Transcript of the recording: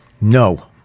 No